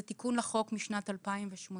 זה תיקון לחוק משנת 2018,